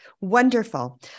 Wonderful